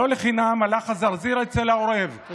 לא לחינם הלך הזרזיר אצל העורב, מה זה?